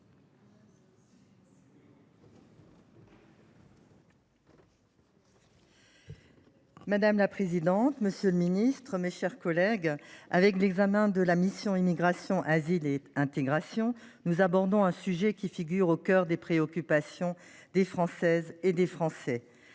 Madame la présidente, monsieur le ministre, mes chers collègues, avec l’examen de la mission « Immigration, asile et intégration », nous abordons un sujet qui figure au cœur des préoccupations des Françaises et des Français.